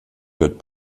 wird